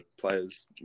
players